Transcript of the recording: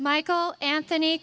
michael anthony